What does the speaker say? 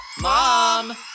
Mom